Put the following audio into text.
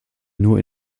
nur